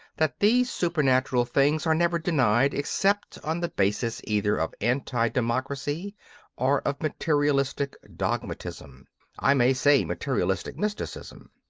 that these supernatural things are never denied except on the basis either of anti-democracy or of materialist dogmatism i may say materialist mysticism.